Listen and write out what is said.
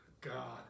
God